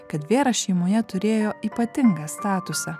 kad vėra šeimoje turėjo ypatingą statusą